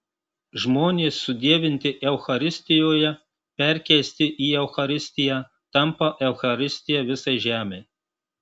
žmonės sudievinti eucharistijoje perkeisti į eucharistiją tampa eucharistija visai žemei